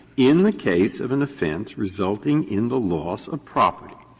in the case of an offense resulting in the loss of property.